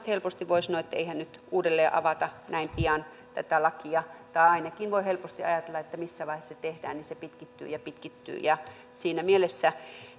helposti voivat sanoa että eihän nyt uudelleen avata näin pian tätä lakia tai ainakin voi helposti ajatella missä vaiheessa se tehdään niin että se pitkittyy ja pitkittyy siinä mielessä